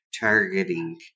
targeting